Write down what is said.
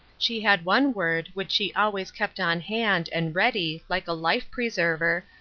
she had one word which she always kept on hand, and ready, like a life-preserver,